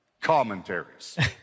commentaries